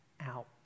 out